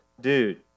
dude